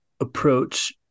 approach